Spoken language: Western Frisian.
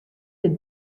dit